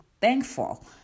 thankful